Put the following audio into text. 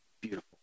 Beautiful